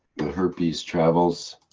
the herpes travels